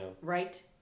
Right